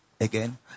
Again